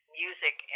music